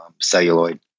celluloid